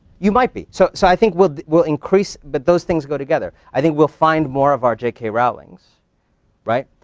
you might be. so, so i think we'll we'll increase, but those things go together. i think we'll find more of um jk rowling's right?